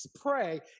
pray